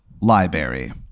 Library